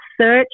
Search